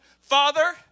Father